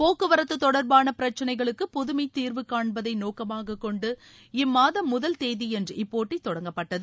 போக்குவரத்து தொடர்பான பிரச்சிளைகளுக்கு புதுமை தீர்வுகான்பதை நோக்கமாகக் கொண்டு இம்மாதம் முதல் தேதியன்று இப்போட்டி தொடங்கப்பட்டது